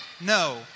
No